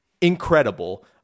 incredible